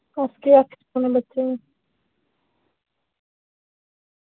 अस केह् आक्खी सकने बच्चें